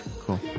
cool